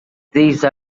these